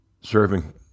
Serving